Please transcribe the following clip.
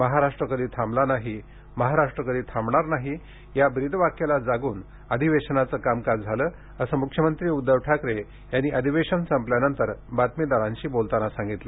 महाराष्ट्र कधी थांबला नाही महाराष्ट्र कधी थांबणार नाही या ब्रीदवाक्याला जागून अधिवेशनाचे कामकाज झाले असे मुख्यमंत्री उद्धव ठाकरे यांनी अधिवेशन संपल्यानंतर बातमीदारांशी बोलताना सांगितले